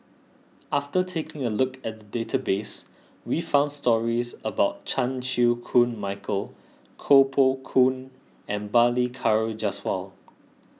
after taking a look at the database we found stories about Chan Chew Koon Michael Koh Poh Koon and Balli Kaur Jaswal